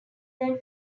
than